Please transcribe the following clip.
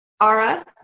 Ara